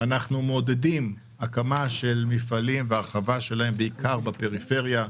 אנחנו מעודדים הקמה של מפעלים והרחבה שלהם בעיקר בפריפריה.